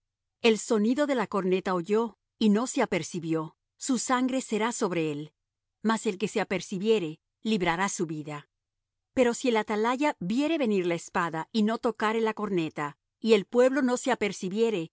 el sonido de la corneta oyó y no se apercibió su sangre será sobre él mas el que se apercibiere librará su vida pero si el atalaya viere venir la espada y no tocare la corneta y el pueblo no se apercibiere